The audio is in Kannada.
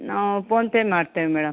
ನಾವು ಫೋನ್ಪೇ ಮಾಡ್ತೇವೆ ಮೇಡಮ್